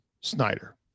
Snyder